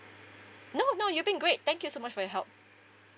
no no you've been great thank you so much for your help